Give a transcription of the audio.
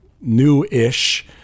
new-ish